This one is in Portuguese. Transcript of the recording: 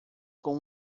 com